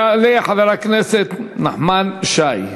יעלה חבר הכנסת נחמן שי,